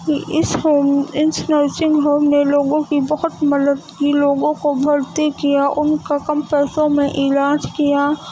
اس home اس nursing home نے لوگوں کی بہت مدد کی لوگوں کو بھرتی کیا ان کا کم پیسوں میں علاج کیا